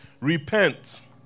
Repent